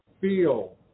feel